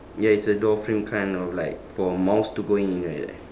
ya it's a door frame kind of like for mouse to go in like that